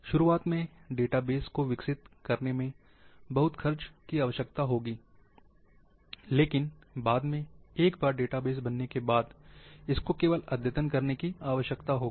शुरुआत में डेटाबेस को विकसित करने में बहुत खर्च की आवश्यकता होगी लेकिन बाद में एक बार डेटाबेस बनने के बाद इसको केवल अद्यतन करने की आवश्यकता होगी